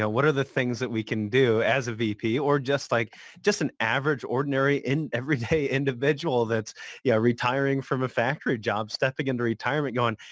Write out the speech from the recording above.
what are the things that we can do as a v p. or just like just an average, ordinary, and everyday individual that's yeah retiring from a factory job, stepping into retirement, going,